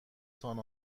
تان